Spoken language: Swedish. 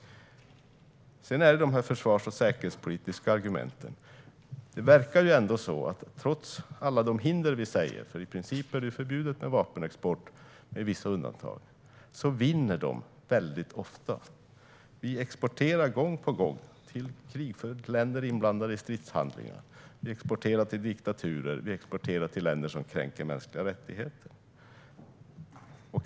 Så till de försvars och säkerhetspolitiska argumenten. Trots alla hinder - det är med vissa undantag i princip förbjudet med vapenexport - vinner de ofta. Vi exporterar gång på gång till krigförande länder inblandade i stridshandlingar, vi exporterar till diktaturer och vi exporterar till länder som kränker mänskliga rättigheter.